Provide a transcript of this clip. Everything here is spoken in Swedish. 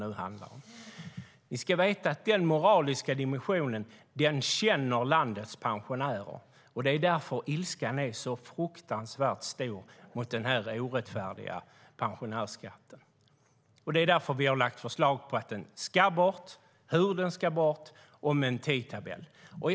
Ni ska veta att landets pensionärer känner denna moraliska dimension. Det är därför som ilskan är så fruktansvärt stor mot denna orättfärdiga pensionärsskatt. Det är därför som vi har lagt fram förslag om att den ska tas bort och hur den ska tas bort. Och vi har en tidtabell för det.